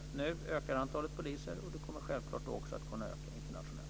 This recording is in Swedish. Nu ökar antalet poliser, och de kommer då självklart att öka internationellt.